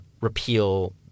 repeal